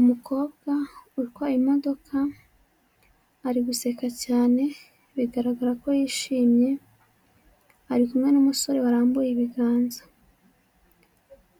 Umukobwa utwaye imodoka ari guseka cyane bigaragarako yishimye ari kumwe n'umusore warambuye ibiganza,